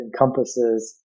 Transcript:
encompasses